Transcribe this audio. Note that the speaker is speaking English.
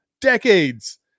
decades